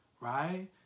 right